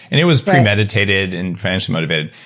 and it was premeditated and financially motivated,